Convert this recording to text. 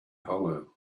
hollow